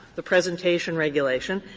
the presentation regulation,